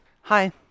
Hi